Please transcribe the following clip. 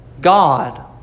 God